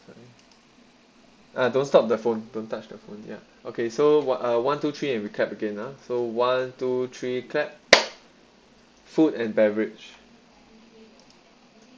uh don't stop the phone don't touch the phone ya okay so what uh one two three and we clap again ah so one two three clap food and beverage